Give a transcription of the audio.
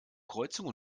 kreuzung